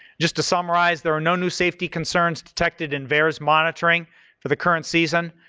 just to summarize, there are no new safety concerns detected in barre monitoring for the current season.